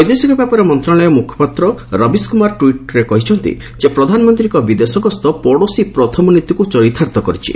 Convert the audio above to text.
ବୈଦେଶିକ ବ୍ୟାପାର ମନ୍ତ୍ରଣାଳୟ ମ୍ରଖପାତ୍ର ରବୀଶ କ୍ରମାର ଟ୍ୱିଟ୍ରେ କହିଛନ୍ତି ଯେ ପ୍ରଧାନମନ୍ତ୍ରୀଙ୍କ ବିଦେଶ ଗସ୍ତ ପଡ଼ୋଶୀ ପ୍ରଥମ ନୀତିକ୍ ଚରିତାର୍ଥ କରିଛି